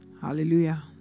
Hallelujah